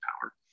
power